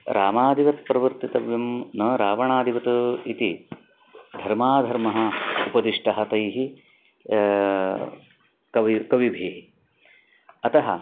रामादिवत् प्रवर्तितव्यं न रावणादिवत् इति धर्माधर्मः उपदिष्टः तैः कविभिः कविभिः अतः